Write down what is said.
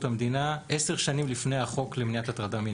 המדינה עשר שנים לפני החוק למניעת הטרדה מינית.